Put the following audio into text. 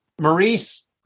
Maurice